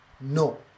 No